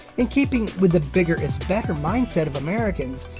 in keeping with the bigger is better mindset of americans,